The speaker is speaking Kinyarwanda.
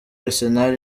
arsenal